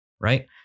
right